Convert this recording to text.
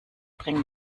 bringt